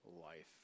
life